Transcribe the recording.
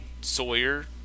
Sawyer